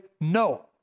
no